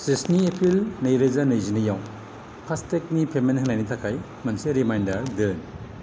जिस्नि एप्रिल नैरोजा नैजिनै आव फास्टेगनि पेमेन्ट होनायनि थाखाय मोनसे रिमाइन्डार दोन